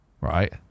right